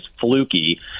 fluky